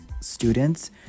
students